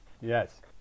Yes